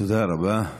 תודה רבה,